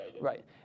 Right